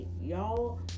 Y'all